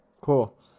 Cool